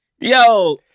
yo